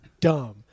dumb